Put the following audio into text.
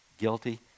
guilty